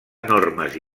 enormes